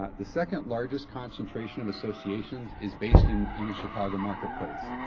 ah the second largest concentration of associations is based in in the chicago marketplace.